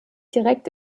direkt